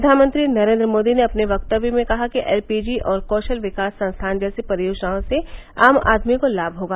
प्रधानमंत्री नरेन्द्र मोदी ने अपने वक्तव्य में कहा कि एलपीजी और कौशल विकास संस्थान जैसी परियोजनाओं से आम आदमी को लाभ होगा